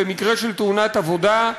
במקרה של תאונת עבודה,